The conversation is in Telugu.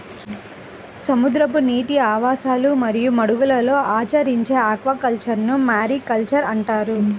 సముద్రపు నీటి ఆవాసాలు మరియు మడుగులలో ఆచరించే ఆక్వాకల్చర్ను మారికల్చర్ అంటారు